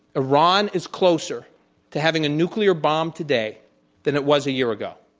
iran is closer to having a nuclear bomb today than it was a year ago.